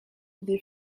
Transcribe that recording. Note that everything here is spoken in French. des